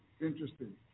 Interesting